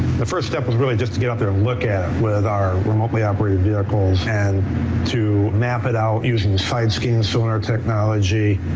the first step was really just to get out there and look at it with our remotely operated vehicles and to map it out using the science scheme solar technology.